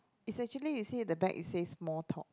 is actually you see the back it says small talk